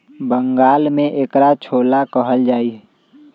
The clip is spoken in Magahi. बंगाल में एकरा छोला कहल जाहई